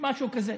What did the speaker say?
משהו כזה.